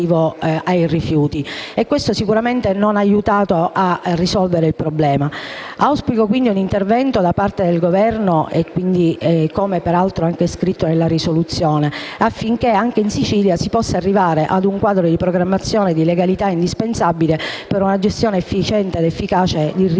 e ciò sicuramente non ha aiutato a risolvere il problema. Auspico, quindi, un intervento da parte del Governo - come peraltro è scritto nella risoluzione - affinché anche in Sicilia si possa arrivare a un quadro di programmazione e di legalità indispensabile per una gestione efficiente ed efficace del ciclo